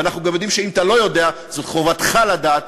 ואנחנו גם יודעים שאם אתה לא יודע זו חובתך לדעת,